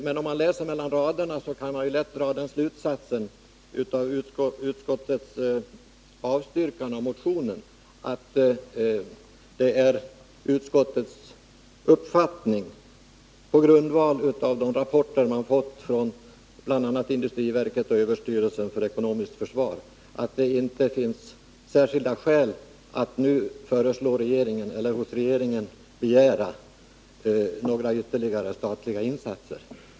Men om man läser mellan raderna kan man lätt dra den slutsatsen av utskottets avstyrkande av motionen, att det är utskottets uppfattning, på grundval av den rapport det har fått från bl.a. industriverket och överstyrelsen för ekonomiskt försvar, att det inte finns särskilda skäl att nu hos regeringen begära några ytterligare statliga insatser.